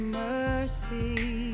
mercy